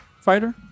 fighter